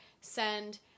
send